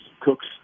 Cook's